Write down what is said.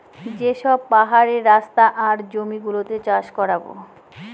যে সব পাহাড়ের রাস্তা আর জমি গুলোতে চাষ করাবো